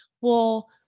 well-